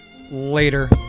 later